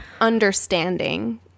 understanding